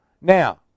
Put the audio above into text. Now